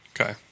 Okay